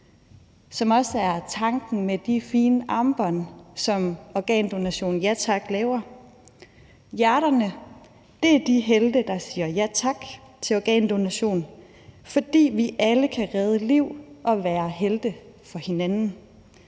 det også er tanken med de fine armbånd, som Organdonation - ja tak! laver. Hjerterne er de helte, der siger ja tak til organdonation, fordi vi alle kan redde liv og være helte for hinanden,